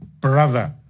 brother